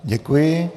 Děkuji.